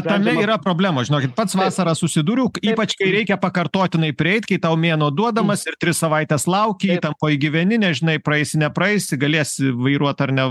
tame yra problema žinokit pats vasarą susidūriau ypač kai reikia pakartotinai prieit kai tau mėnuo duodamas ir tris savaites lauki įtampoj gyveni nežinai praeisi nepraeisi galėsi vairuot ar ne